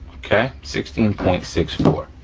sixteen point six four.